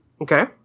Okay